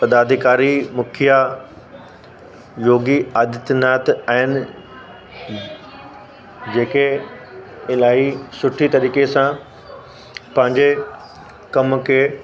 पदाधिकारी मुखिया योगी आदित्यनाथ आहिनि जेके इलाही सुठी तरीक़े सां पंहिंजे कम खे